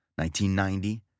1990